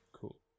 cool